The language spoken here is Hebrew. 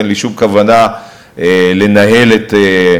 אין לי שום כוונה לנהל את המחוז.